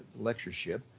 lectureship